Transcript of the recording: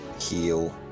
heal